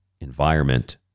environment